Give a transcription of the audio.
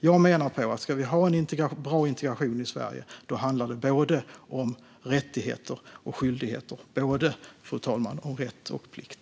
Jag menar att om vi ska ha bra integration i Sverige handlar det om både rättigheter och skyldigheter, fru talman, om både rätt och plikt.